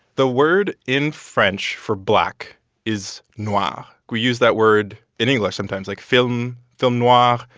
the word in french for black is noir. ah we use that word in english sometimes, like film film noir. ah